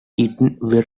eaten